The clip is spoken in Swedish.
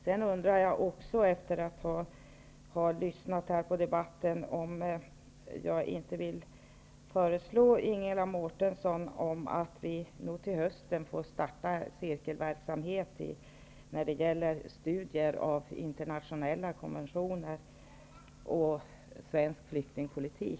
Jag undrar också, efter att ha lyssnat på debatten i dag, om jag inte får föreslå Ingela Mårtensson att vi till hösten startar cirkelverksamhet när det gäller studier av internationella konventioner och svensk flyktingpolitik.